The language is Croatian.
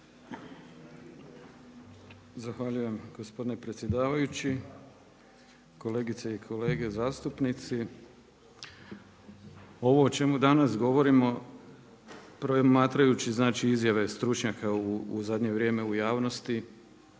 Zahvaljujem gospodine predsjedavajući. Kolegice i kolege zastupnici. Ovo o čemu danas govorimo, promatrajući izjave stručnjaka u zadnje vrijeme u javnosti,